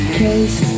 case